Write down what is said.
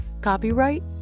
Copyright